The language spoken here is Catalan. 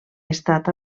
estat